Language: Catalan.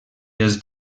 dels